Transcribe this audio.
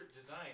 design